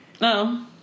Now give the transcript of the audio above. No